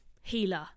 healer